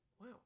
Wow